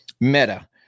meta